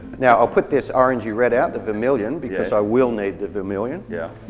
now i'll put this orangey red out the vermillion, because i will need the vermillion yeah.